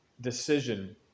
decision